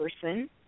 person